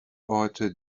orte